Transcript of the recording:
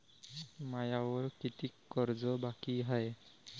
मायावर कितीक कर्ज बाकी हाय?